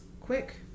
quick